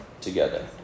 together